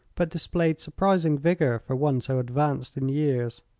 but displayed surprising vigor for one so advanced in years.